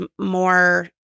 more